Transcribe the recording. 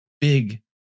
big